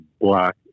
black